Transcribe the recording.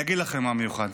אני אגיד לכם מה מיוחד.